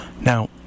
Now